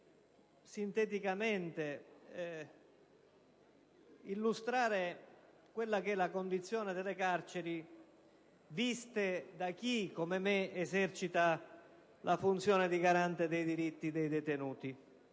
desidero sinteticamente illustrare quella che è la condizione delle carceri viste da chi, come me, esercita la funzione di garante dei diritti dei detenuti.